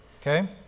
okay